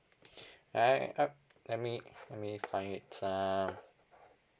alright I I mean I mean if I uh